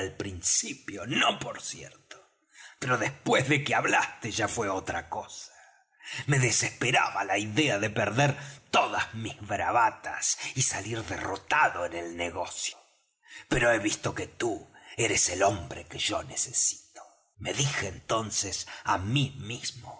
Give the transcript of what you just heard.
principio no por cierto pero después de que hablaste ya fué otra cosa me desesperaba la idea de perder todas mis bravatas y salir derrotado en el negocio pero he visto que tú eres el hombre que yo necesito me dije entonces á mí mismo